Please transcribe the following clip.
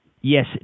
Yes